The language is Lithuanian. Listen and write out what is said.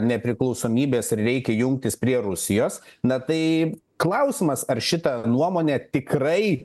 nepriklausomybės ir reikia jungtis prie rusijos na tai klausimas ar šita nuomonė tikrai